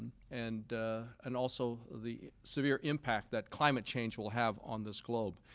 and and also the severe impact that climate change will have on this globe.